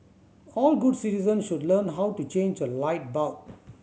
all good citizens should learn how to change a light bulb